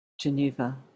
Geneva